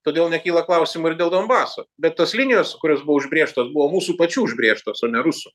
todėl nekyla klausimų ir dėl donbaso bet tos linijos kurios buvo užbrėžtos buvo mūsų pačių užbrėžtos o ne rusų